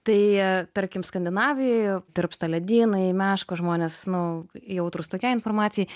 tai tarkim skandinavijoj tirpsta ledynai meškos žmonės nu jautrūs tokiai informacijai